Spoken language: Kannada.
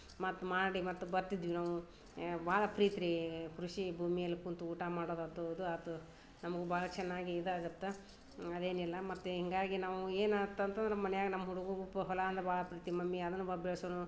ಮತ್ತು ಮಾಡಿ ಮತ್ತು ಬರ್ತಿದ್ವಿ ನಾವು ಭಾಳ ಪ್ರೀತಿ ರೀ ಕೃಷಿ ಭೂಮಿಯಲ್ಲಿ ಕುಂತು ಊಟ ಮಾಡೋದು ಆದ್ದೋದು ಅದು ನಮ್ಗೆ ಭಾಳ ಚೆನ್ನಾಗಿ ಇದು ಆಗುತ್ತೆ ಅದೇನಿಲ್ಲ ಮತ್ತು ಹಿಂಗಾಗಿ ನಾವು ಏನು ಆತು ಅಂತ ಅಂದರೆ ನಮ್ಮ ಮನೆಯಾಗ ನಮ್ಮ ಹುಡ್ಗ ಉಪ್ಪು ಹೊಲ ಅಂದ್ರೆ ಭಾಳ ಪ್ರೀತಿ ಮಮ್ಮಿ ಅದನ್ನ ಬೊಬ್ಬ ಎಳೆಸೋನು